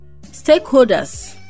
stakeholders